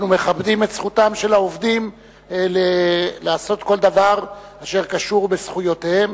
אנחנו מכבדים את זכותם של העובדים לעשות כל דבר אשר קשור בזכויותיהם.